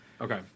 Okay